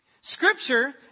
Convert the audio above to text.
Scripture